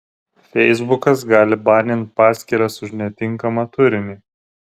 feisbukas gali banint paskyras už netinkamą turinį